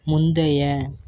முந்தைய